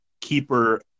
Keeper